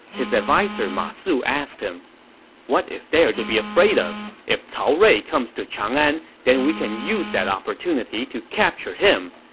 his adviser ma su asked, what is there to be afraid of? if cao rui comes to chang'an, then we can use that opportunity to capture him.